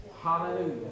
Hallelujah